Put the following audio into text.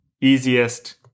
Easiest